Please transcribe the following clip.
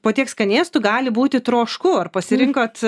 po tiek skanėstų gali būti trošku ar pasirinkot